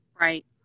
Right